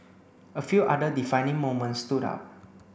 a few other defining moments stood out